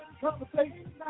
conversation